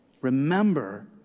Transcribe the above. remember